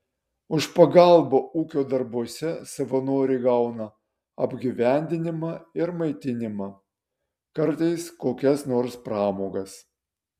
už pagalbą ūkio darbuose savanoriai gauna apgyvendinimą ir maitinimą kartais kokias nors pramogas